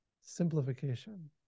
Simplification